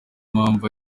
mpamvu